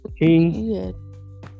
King